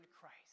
Christ